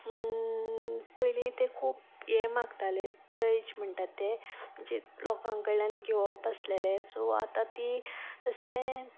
पयलीं ते खूब हे मागताले दहेज म्हणटा ते म्हणजे लोकां कडल्यान घेवप आसलेलें सो आतां ती तशें